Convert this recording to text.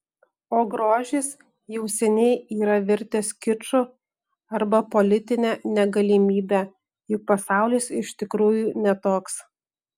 o grožis jau seniai yra virtęs kiču arba politine negalimybe juk pasaulis iš tikrųjų ne toks